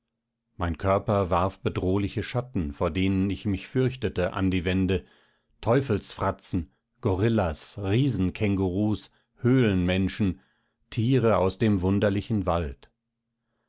mein körper warf bedrohliche schatten vor denen ich mich fürchtete an die wände teufelsfratzen gorillas riesenkänguruhs höhlenmenschen tiere aus dem wunderlichen wald